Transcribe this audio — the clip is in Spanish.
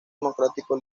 democrático